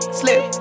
slip